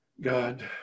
God